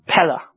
Pella